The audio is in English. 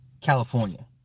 California